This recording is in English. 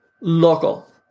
local